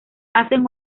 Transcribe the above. hacen